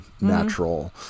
natural